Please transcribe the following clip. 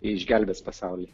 išgelbės pasaulį